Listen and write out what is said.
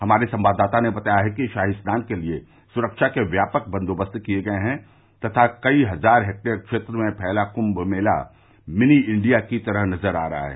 हमारे संवाददाता ने बताया कि शाही स्नान के लिये सुरक्षा के व्यापक बंदोबस्त किये गये हैं तथा कई हजार र्हेक्टेयर क्षेत्र में फैला कुम मेला मिनी इंडिया की तरह नजर आ रहा है